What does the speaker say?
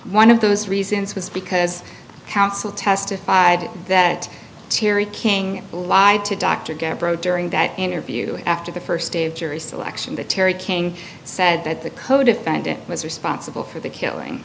one of those reasons was because counsel testified that terry king allied to dr gambro during that interview after the first day of jury selection that terry king said that the codefendant was responsible for the killing